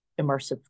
immersive